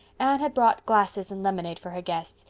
anne had brought glasses and lemonade for her guests,